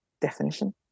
definition